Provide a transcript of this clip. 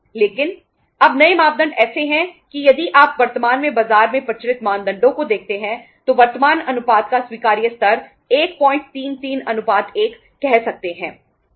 लेकिन अब नए मानदंड ऐसे हैं कि यदि आप वर्तमान में बाजार में प्रचलित मानदंडों को देखते हैं तो वर्तमान अनुपात का स्वीकार्य स्तर 133 1 कह सकते हैं